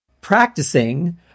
practicing